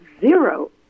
zero